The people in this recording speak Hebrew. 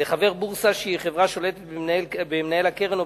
לחבר בורסה שהיא חברה השולטת במנהל הקרן או